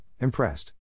impressed